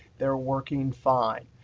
they're working fine.